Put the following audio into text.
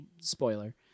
spoiler